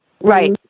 Right